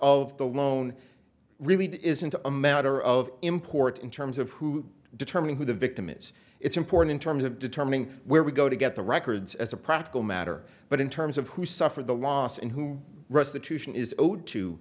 of the loan really isn't a matter of import in terms of who determine who the victim is it's important in terms of determining where we go to get the records as a practical matter but in terms of who suffered the loss and who restitution is owed to